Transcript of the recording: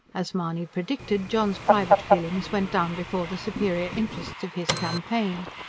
as mahony predicted, john's private feelings went down before the superior interests of his campaign.